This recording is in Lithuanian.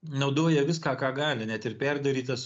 naudoja viską ką gali net ir perdarytas